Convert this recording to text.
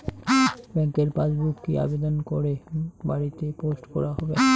ব্যাংকের পাসবুক কি আবেদন করে বাড়িতে পোস্ট করা হবে?